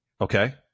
Okay